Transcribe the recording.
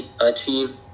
achieve